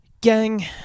Gang